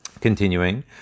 Continuing